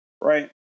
right